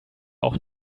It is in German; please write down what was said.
auch